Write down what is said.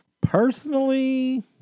Personally